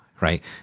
right